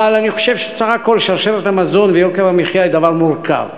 אבל אני חושב שסך הכול שרשרת המזון ויוקר המחיה הם דבר מורכב.